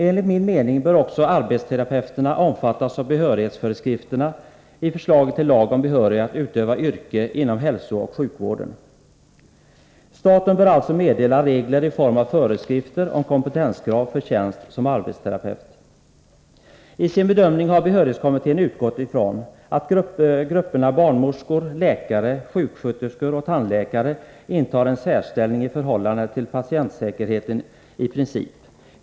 Enligt min mening bör också arbetsterapeuterna omfattas av behörighetsföreskrifterna i förslaget till lag om behörighet att utöva yrke inom hälsooch sjukvården. Staten bör alltså meddela regler i form av föreskrifter om kompetenskrav för tjänst som arbetsterapeut. I sin bedömning har behörighetskommittén utgått från att grupperna barnmorskor, läkare, sjuksköterskor och tandläkare intar en särställning i förhållande till patientsäkerheten i princip.